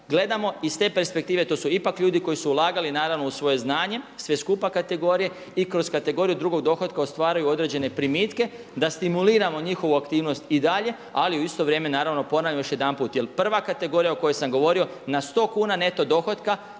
Gledamo iz te perspektive, to su ipak ljudi koji su ulagali naravno u svoje znanje, sve skupa kategorije i kroz kategoriju drugog dohotka ostvaruju određene primitke, da stimuliramo njihovu aktivnost i dalje. Ali u isto vrijeme naravno ponavljam još jedanput, jer prva kategorija o kojoj sam govorio na 100 kuna neto dohotka